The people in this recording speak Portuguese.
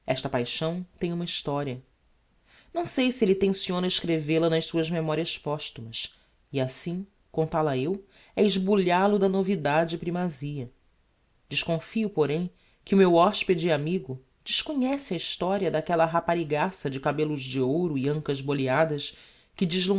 paixão tem uma historia não sei se elle tenciona escrevel a nas suas memorias posthumas e assim contal a eu é esbulhal o da novidade e primazia desconfio porém que o meu hospede e amigo desconhece a historia d'aquella raparigaça de cabellos de ouro e ancas boleadas que